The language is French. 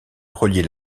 reliait